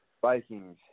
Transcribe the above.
Vikings